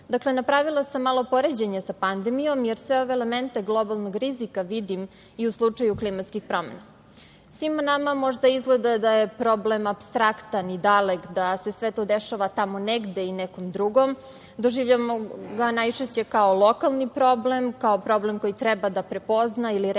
osveti. Dakle, napravila sam malo poređenje sa pandemijom, jer sve ove elemente globalnog rizika vidim i u slučaju klimatskih promena. Svima nama možda izgleda da je problem apstraktan i dalek, da se sve to dešava tamo negde i nekom drugom, doživljavamo ga najčešće kao lokalni problem, kao problem koji treba da prepozna ili reši